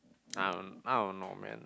I I don't know man